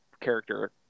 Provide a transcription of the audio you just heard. character